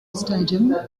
stadium